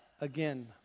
Again